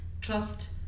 trust